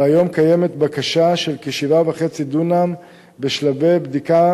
והיום קיימת בקשה של כ-7.5 דונם בשלבי בדיקה